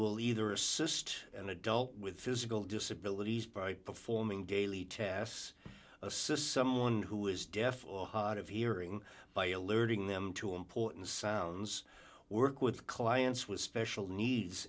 will either assist an adult with physical disabilities by performing daily tasks assist someone who is deaf or hot of hearing by alerting them to important sounds work with clients with special needs